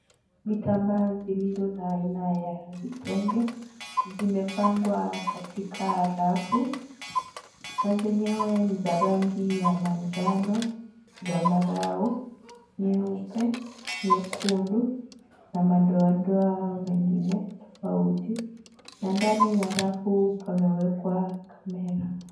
Vitambaa zilizo za aina ya vitenge zimepangwa katika rafu na zenyewe ni za rangi ya manjano, zambarau, nyeupe, nyekundu na madoadoa mengine tofauti na ndani ya rafu pamewekwa kamera.